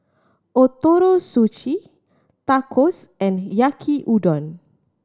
Ootoro Sushi Tacos and Yaki Udon